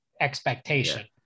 expectation